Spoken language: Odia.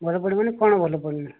ଭଲ ପଡ଼ୁନି ମାନେ କ'ଣ ଭଲ ପଡ଼ିନି